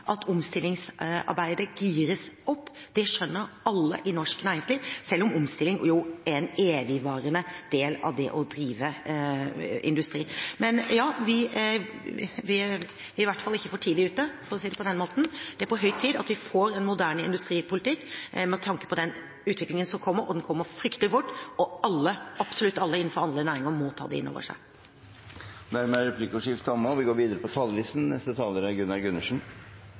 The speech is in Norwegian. at omstillingsarbeidet gires opp. Det skjønner alle i norsk næringsliv, selv om omstilling er en evigvarende del av det å drive industri. Men ja, vi er i hvert fall ikke for tidlig ute, for å si det på den måten. Det er på høy tid at vi får en moderne industripolitikk, med tanke på den utviklingen som kommer, og den kommer fryktelig fort, og alle, absolutt alle innenfor alle næringer, må ta det inn over seg. Dermed er replikkordskiftet omme. De talere som heretter får ordet, har en taletid på